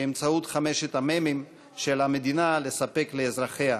באמצעות חמשת המ"מים שעל המדינה לספק לאזרחיה: